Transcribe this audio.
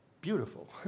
beautiful